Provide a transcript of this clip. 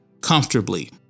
comfortably